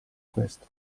questo